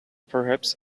perhaps